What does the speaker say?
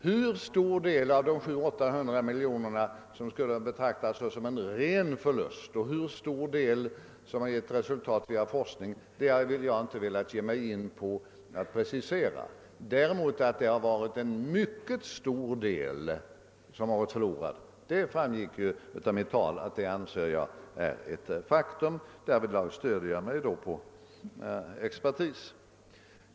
Hur stor del av de 700—800 miljonerna som skall betraktas som en ren förlust och hur stor del som givit resultat via forskning har jag inte velat ge mig in på att precisera. Däremot framgick det av mitt anförande att jag anser det vara faktum att en stor del gått förlorad, och därvidlag stöder jag mig på expertis.